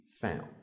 found